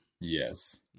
Yes